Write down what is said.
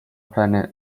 planned